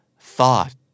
thought